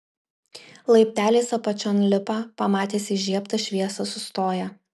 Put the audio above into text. laipteliais apačion lipa pamatęs įžiebtą šviesą sustoja